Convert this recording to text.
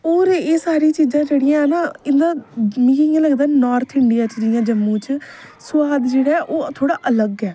और एह् सारियां चीजा जेहड़ी है ना इयां लगदा नार्थ इडियां च जम्मू च स्बाद जेहड़ा ऐ ओह् थोह्ड़ा अलग ऐ